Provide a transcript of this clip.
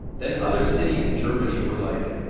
then, other cities in germany were like,